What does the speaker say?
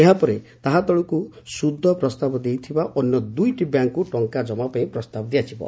ଏହା ପରେ ତାହା ତଳକୁ ସୁଧ ପ୍ରସ୍ତାବ ଦେଇଥିବା ଅନ୍ୟ ଦୁଇଟି ବ୍ୟାଙକକୁ ଟଙ୍କା ଜମା ପାଇଁ ପ୍ରସ୍ତାବ ଦିଆଯିବ